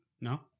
No